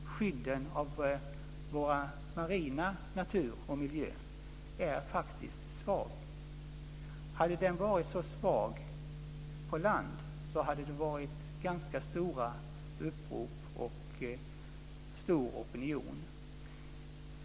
Skyddet av vår marina natur och miljö är faktiskt svagt. Hade det varit så svagt på land hade det varit ganska stora upprop och stor opinion.